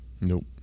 Nope